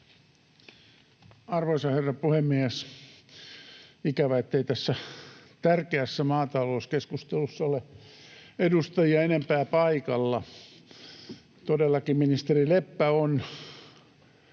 Arvoisa herra puhemies! Ikävä, ettei tässä tärkeässä maatalouskeskustelussa ole edustajia enempää paikalla. Todellakin ministeri Leppä on